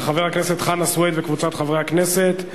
של חבר הכנסת חנא סוייד וקבוצת חברי הכנסת.